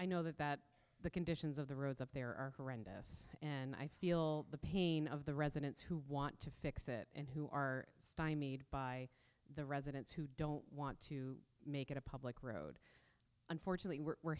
know that the conditions of the roads up there are horrendous and i feel the pain of the residents who want to fix it and who are stymied by the residents who don't want to make it a public road unfortunately we're